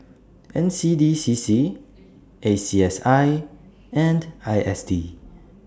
N C D C C A C S I and I S D